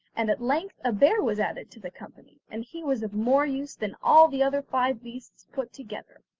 and at length a bear was added to the company, and he was of more use than all the other five beasts put together.